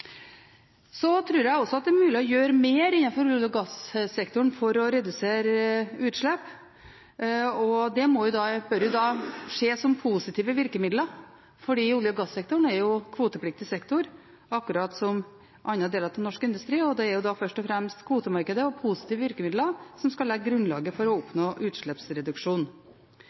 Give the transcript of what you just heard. Jeg tror det er mulig å gjøre mer innenfor olje- og gassektoren for å redusere utslipp. Det må skje med positive virkemidler, fordi olje- og gassektoren er en kvotepliktig sektor, akkurat som andre deler av norsk industri. Det er da først og fremst kvotemarkedet og positive virkemidler som skal legge grunnlaget for å oppnå utslippsreduksjon.